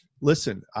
listen